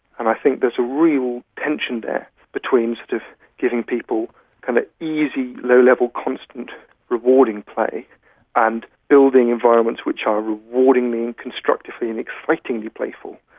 and i think there's a real tension there between sort of giving people kind of easy low-level constant rewarding play and building environments which are rewardingly and constructively and excitingly playful.